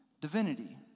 divinity